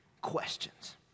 questions